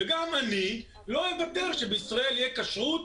וגם אני לא מוותר שבישראל תהיה כשרות,